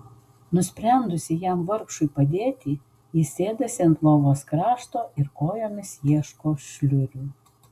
nusprendusi jam vargšui padėti ji sėdasi ant lovos krašto ir kojomis ieško šliurių